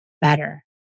better